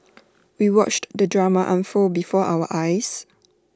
we watched the drama unfold before our eyes